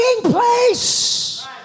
place